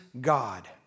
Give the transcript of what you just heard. God